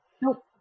Nope